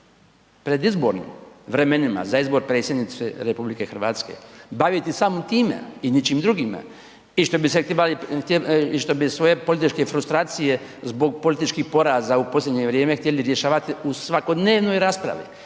predizbornim vremenima za izbor predsjednice RH baviti samo time i ničim drugime i što bi svoje političke frustracije zbog političkih poraza u posljednje vrijeme htjeli rješavati u svakodnevnoj raspravi